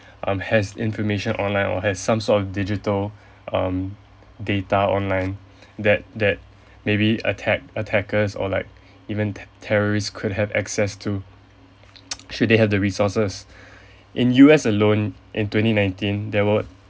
um has information online or has some sort of digital um data online that that maybe attack attackers or like even terrorist could have access to should they have the resources in U_S alone in twenty nineteen there were